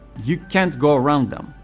you can't go around them.